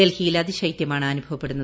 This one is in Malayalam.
ഡൽഹിയിൽ അതിശൈത്യമാണ് അനുഭവപ്പെടുന്നത്